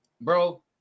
bro